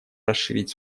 расширить